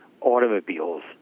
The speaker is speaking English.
automobiles